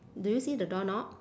do you see the door knob